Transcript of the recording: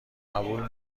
قبول